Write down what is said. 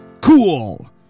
cool